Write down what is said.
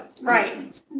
Right